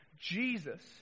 Jesus